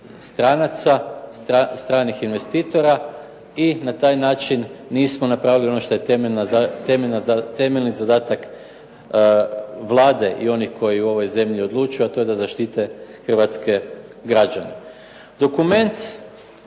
stranaca, stranih investitora i na taj način nismo napravili ono što je temeljni zadatak Vlade i onih koji u ovoj zemlji odlučuju, a to je da zaštite hrvatske građane. Dokument